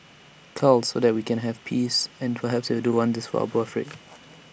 cull so that we can have peace and perhaps it'll do wonders for our birthrate